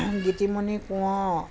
Gitimoni Konwar